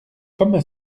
comme